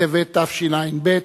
בטבת תשע"ב,